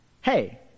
hey